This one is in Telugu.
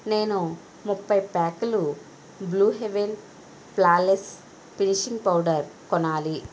నేను ముప్పై ప్యాకులు Blue Heaven flawless finishing powder కొనాలి